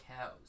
cows